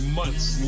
months